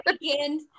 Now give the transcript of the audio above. weekend